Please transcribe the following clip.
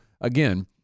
again